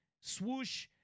swoosh